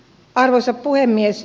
arvoisa puhemies